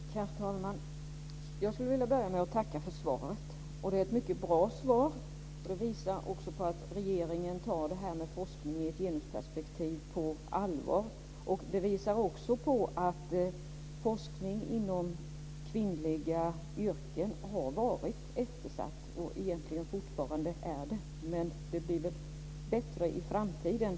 Herr talman! Jag skulle vilja börja med att tacka för svaret. Det är ett mycket bra svar. Det visar att regeringen tar det här med forskning i ett genusperspektiv på allvar. Det visar också att forskning inom kvinnliga yrken har varit eftersatt och egentligen fortfarande är det, men det blir väl bättre i framtiden.